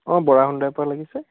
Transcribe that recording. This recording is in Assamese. অঁ বৰা হোণ্ডাইৰপৰা লাগিছে